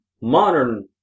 modern